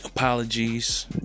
apologies